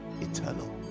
eternal